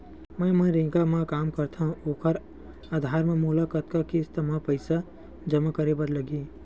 मैं मनरेगा म काम करथव, ओखर आधार म मोला कतना किस्त म पईसा जमा करे बर लगही?